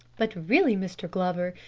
but really, mr. glover,